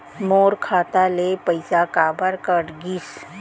मोर खाता ले पइसा काबर कट गिस?